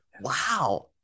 Wow